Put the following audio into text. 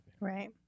Right